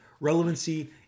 relevancy